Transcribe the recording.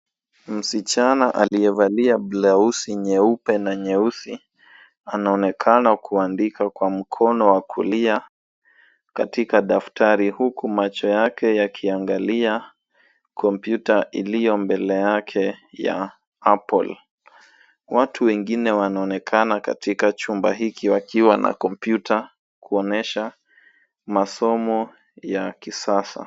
Msichana ailiyevalia blausi nyeupe na nyeusi anaonekana kuandika kwa mkono wa kulia katika daftari huku macho yake yakiangalia kompyuta iliyo mbele yake ya Apple. Watu wengine wanaonekana katika chumba hiki wakiwa na kompyuta kuonyesha masomo ya kisasa.